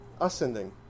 Ascending